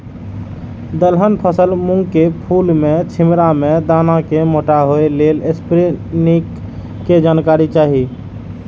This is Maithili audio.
दलहन फसल मूँग के फुल में छिमरा में दाना के मोटा होय लेल स्प्रै निक के जानकारी चाही?